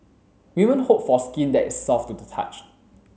women hope for skin that is soft to the touch